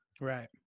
Right